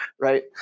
right